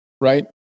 right